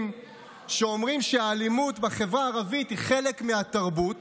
שאומרים שהאלימות בחברה הערבית היא חלק מהתרבות